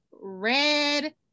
red